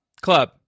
Club